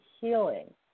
healing